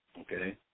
Okay